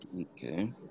okay